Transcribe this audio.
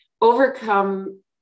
Overcome